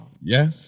Yes